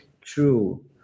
true